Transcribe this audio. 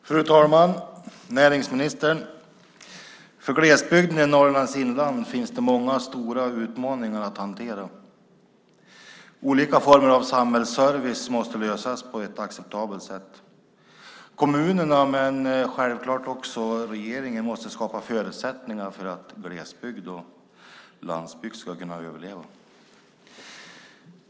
Fru talman! Näringsministern! För glesbygden i Norrlands inland finns det många stora utmaningar att hantera. Olika former av samhällsservice måste tillhandahållas på ett acceptabelt sätt. Kommunerna men självklart också regeringen måste skapa förutsättningar för att glesbygd och landsbygd ska kunna överleva.